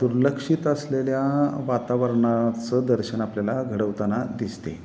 दुर्लक्षित असलेल्या वातावरणाचं दर्शन आपल्याला घडवताना दिसते